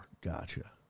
Gotcha